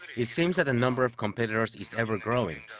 it seems that the number of competitors is ever growing,